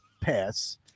pass